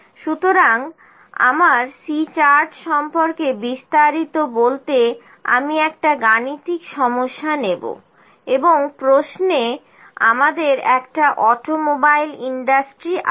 সুতরাং আমার C chart সম্পর্কে বিস্তারিত বলতে আমি একটা গাণিতিক সমস্যা নেবো এবং প্রশ্নে আমাদের একটা অটোমোবাইল ইন্ডাস্ট্রি আছে